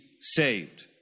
saved